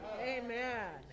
Amen